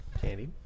Candy